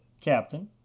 Captain